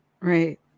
Right